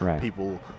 people